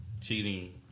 cheating